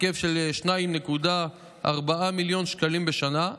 בהיקף של 2.4 מיליון שקלים בשנה,